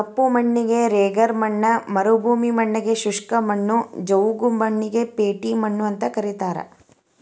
ಕಪ್ಪು ಮಣ್ಣಿಗೆ ರೆಗರ್ ಮಣ್ಣ ಮರುಭೂಮಿ ಮಣ್ಣಗೆ ಶುಷ್ಕ ಮಣ್ಣು, ಜವುಗು ಮಣ್ಣಿಗೆ ಪೇಟಿ ಮಣ್ಣು ಅಂತ ಕರೇತಾರ